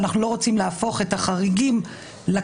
ואנחנו לא רוצים להפוך את החריגים לכלל.